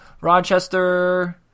Rochester